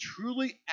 truly